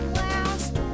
last